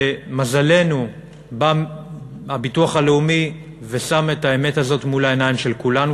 ולמזלנו בא הביטוח הלאומי ושם את האמת הזאת מול העיניים של כולם,